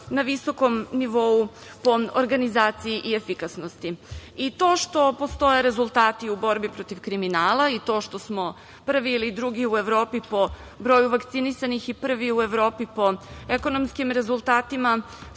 na visokom nivou po organizaciji i efikasnosti.I to što postoje rezultati u borbi protiv kriminala i to što smo prvi ili drugi u Evropi po borju vakcinisanih i prvi u Evropi po ekonomskim rezultatima,